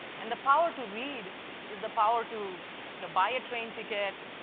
and the power to read is the power to you know buy a train ticket,